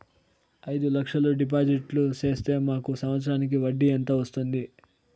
అయిదు లక్షలు డిపాజిట్లు సేస్తే మాకు సంవత్సరానికి వడ్డీ ఎంత వస్తుంది?